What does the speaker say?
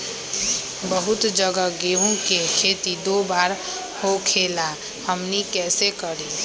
बहुत जगह गेंहू के खेती दो बार होखेला हमनी कैसे करी?